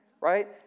right